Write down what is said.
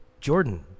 Jordan